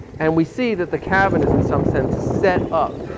and we see that the cabin is in some sense set up